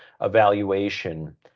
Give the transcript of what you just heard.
evaluation